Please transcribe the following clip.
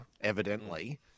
evidently